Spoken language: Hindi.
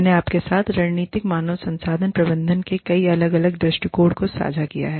मैंने आपके साथ रणनीतिक मानव संसाधन प्रबंधन के कई अलग अलग दृष्टिकोण को साझा किया है